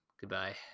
Goodbye